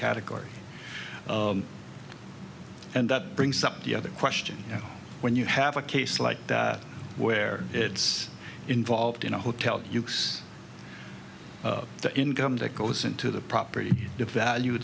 category and that brings up the other question you know when you have a case like that where it's involved in a hotel use the income that goes into the property devalue